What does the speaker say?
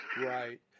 Right